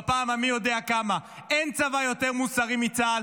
בפעם המי-יודע כמה: אין צבא יותר מוסרי מצה"ל,